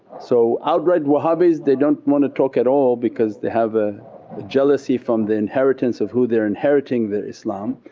so outright wahhabis they don't want to talk at all because they have a jealousy from the inheritance of who they're inheriting their islam,